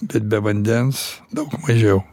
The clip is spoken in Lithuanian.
bet be vandens daug mažiau